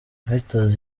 reuters